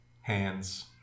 hands